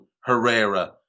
Herrera